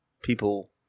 people